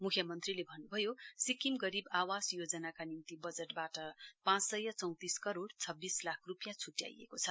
मुख्यमन्त्रीले भन्नुभयो सिक्किम गरीब आवास योजनाका निम्ति बजटबाट पाँचसय चौंतिस करोड़ छब्बीस लाख रूपियाँ छुट्याइएको छ